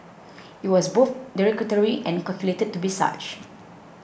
it was both derogatory and calculated to be such